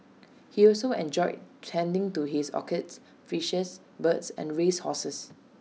he also enjoyed tending to his orchids fishes birds and race horses